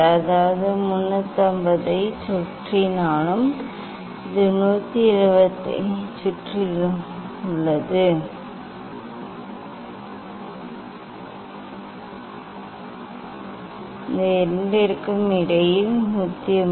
அதாவது 350 ஐச் சுற்றிலும் இது 170 ஐச் சுற்றிலும் உள்ளது எனவே அது அதற்கு நெருக்கமாக இருக்கும் இப்போது நீங்கள் வாசிப்பு வித்தியாசத்தைக் காணலாம் இந்த இரண்டிற்கும் இடையில் 180